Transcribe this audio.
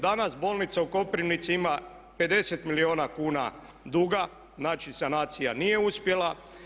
Danas bolnica u Koprivnici ima 50 milijuna kuna duga, znači sanacija nije uspjela.